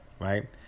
right